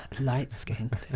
light-skinned